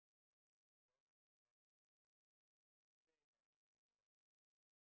but this dollar is not very important you know we need help we need help hands